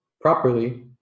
properly